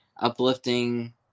uplifting